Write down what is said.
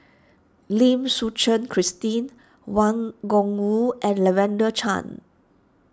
Lim Suchen Christine Wang Gungwu and Lavender Chang